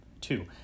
Two